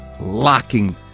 locking